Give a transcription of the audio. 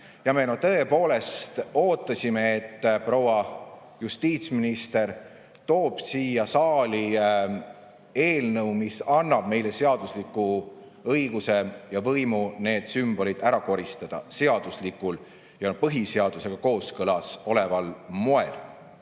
Ja me tõepoolest ootasime, et proua justiitsminister toob siia saali eelnõu, mis annab meile seadusliku õiguse ja võimu need sümbolid ära koristada seaduslikul ja põhiseadusega kooskõlas oleval moel.